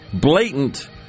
blatant